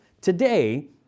today